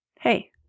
hey